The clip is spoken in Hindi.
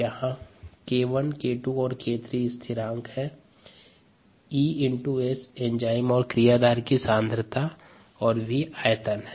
जहाँ 𝒌𝟏 𝒌𝟐 और 𝒌𝟑 -स्थिरांक 𝑬𝑺 एंजाइम और क्रियाधार की सांद्रता व V आयतन हैं